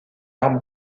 arme